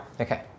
Okay